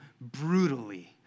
brutally